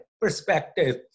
Perspective